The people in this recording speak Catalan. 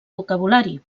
vocabulari